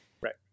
Right